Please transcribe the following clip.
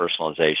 personalization